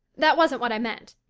that wasn't what i meant.